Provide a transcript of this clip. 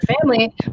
family